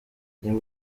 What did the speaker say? niba